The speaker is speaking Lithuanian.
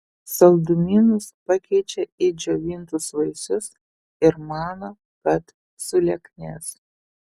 saldumynus pakeičia į džiovintus vaisius ir mano kad sulieknės